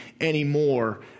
anymore